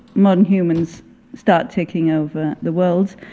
modern humans start taking over the world.